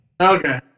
Okay